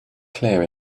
clear